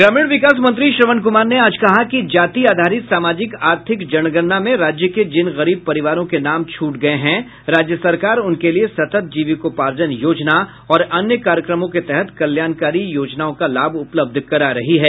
ग्रामीण विकास मंत्री श्रवण कुमार ने आज कहा कि जाति आधारित सामाजिक आर्थिक जनगणना में राज्य के जिन गरीब परिवारों के नाम छूट गये हैं राज्य सरकार उनके लिये सतत जीविकोपार्जन योजना और अन्य कार्यक्रमों के तहत कल्याणकारी योजनाओं का लाभ उपलब्ध करा रही है